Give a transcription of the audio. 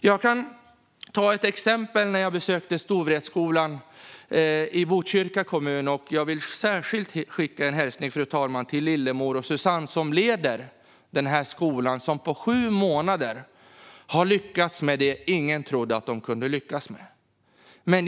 Jag kan ta ett exempel från när jag besökte Storvretskolan i Botkyrka kommun. Jag vill särskilt skicka en hälsning, fru talman, till Lillemor och Susanne. De leder denna skola, som på sju månader har lyckats med det ingen trodde att de kunde lyckas med.